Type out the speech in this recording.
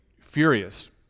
furious